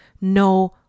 no